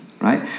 right